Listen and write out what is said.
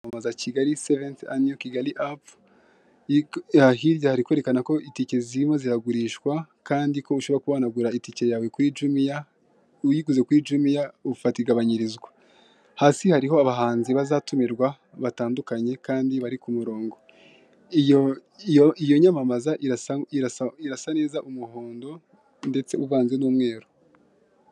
Za kigali sevepfu anuyo kigali apu hahirya hari kwerekana ko itike zirimo ziragurishwa kandi ko ushobora kuhanagura itike yawe kuri jumiya, uyiguze kuri jumiya ufata igabanyirizwa, hasi hariho abahanzi bazatumirwa batandukanye kandi bari ku murongo iyo nyamaza irasa irasa neza umuhondo ndetse uvanze n'umweru.